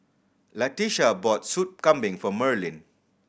Latisha bought Soup Kambing for Merlyn